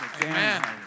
Amen